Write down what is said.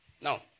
Now